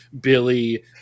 Billy